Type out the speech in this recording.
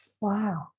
Wow